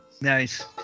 Nice